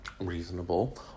reasonable